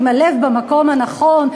עם הלב במקום הנכון,